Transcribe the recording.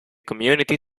community